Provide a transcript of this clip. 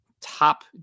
top